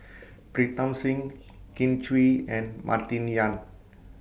Pritam Singh Kin Chui and Martin Yan